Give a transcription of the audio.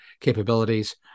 capabilities